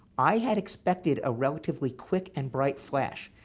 i had expected a relatively quick and bright flash.